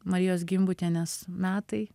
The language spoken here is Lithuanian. marijos gimbutienės metai